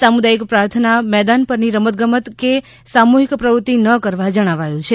સામુદાયિક પ્રાર્થના મેદાન પરની રમતગમત કે સામૂહિક પ્રવૃતિ ન કરવા જણાવાયુ છે